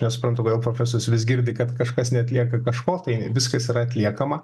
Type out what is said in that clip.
nesuprantu kodėl profesorius vis girdi kad kažkas neatlieka kažko tai viskas yra atliekama